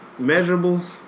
measurables